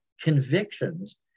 convictions